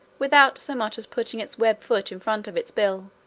without so much as putting its web foot in front of its bill,